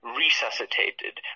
resuscitated